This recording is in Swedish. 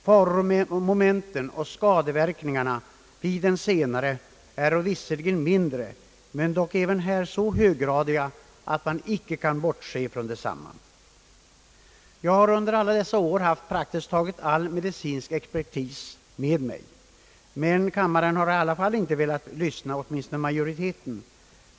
Faromomenten och skadeverkningarna vid den senare är visserligen mindre men även här så höggradiga att man inte kan bortse från dem. Jag har under dessa år haft praktiskt taget all medicinsk expertis bakom mig, men kammaren har i alla fall inte velat lyssna, åtminstone inte majoriteten.